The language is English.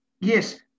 Yes